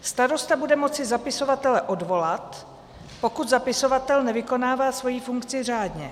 Starosta bude moci zapisovatele odvolat, pokud zapisovatel nevykonává svoji funkci řádně.